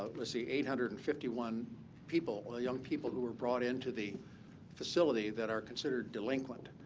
ah let's see, eight hundred and fifty one people, young people who were brought into the facility that are considered delinquent.